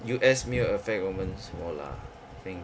U_S 没有 affect 我们什么 lah I think